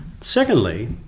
Secondly